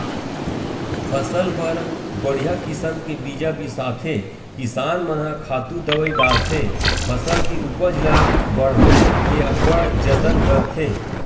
फसल बर बड़िहा किसम के बीजा बिसाथे किसान मन ह खातू दवई डारथे फसल के उपज ल बड़होए के अब्बड़ जतन करथे